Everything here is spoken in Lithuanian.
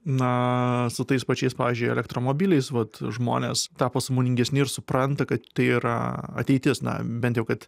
na su tais pačiais pavyzdžiui elektromobiliais vat žmonės tapo sąmoningesni ir supranta kad tai yra ateitis na bent jau kad